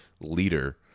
leader